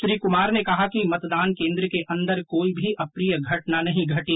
श्री कुमार ने कहा कि मतदान केंद्र के अंदर कोई भी अप्रिय घटना नहीं घटी